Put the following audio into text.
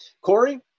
Corey